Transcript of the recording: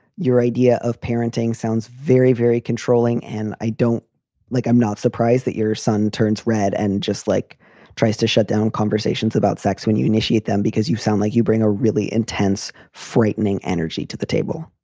your idea of parenting sounds very, very controlling. and i don't like. i'm not surprised that your son turns red and just like tries to shut down conversations about sex when you initiate them because you sound like you bring a really intense, frightening energy to the table